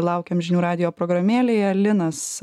laukiam žinių radijo programėlėje linas